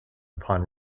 upon